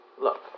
Look